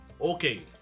Okay